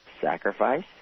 sacrifice